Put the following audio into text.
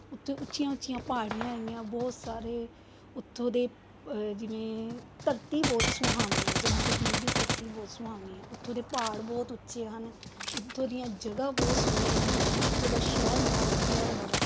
ਉੱਥੇ ਉੱਚੀਆਂ ਉੱਚੀਆਂ ਪਹਾੜੀਆਂ ਹੈਗੀਆਂ ਬਹੁਤ ਸਾਰੇ ਉੱਥੋਂ ਦੇ ਜਿਵੇਂ ਧਰਤੀ ਬਹੁਤ ਸੁਹਾਵਣੀ ਹੈ ਜੰਮੂ ਕਸ਼ਮੀਰ ਦੀ ਧਰਤੀ ਬਹੁਤ ਸੁਹਾਵਣੀ ਆ ਉੱਥੋਂ ਦੇ ਪਹਾੜ ਬਹੁਤ ਉੱਚੇ ਹਨ ਉੱਥੋਂ ਦੀਆਂ ਜਗ੍ਹਾ ਬਹੁਤ ਸੋਹਣੀਆਂ ਹਨ ਉੱਥੋਂ ਦਾ ਸ਼ਹਿਰ ਬੜਾ ਵਧੀਆ ਹੈਗਾ ਵਾ